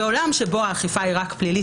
בעולם שבו האכיפה היא רק פלילית,